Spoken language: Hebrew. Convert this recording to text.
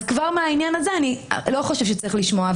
אז אני לא חושב שצריך לשמוע.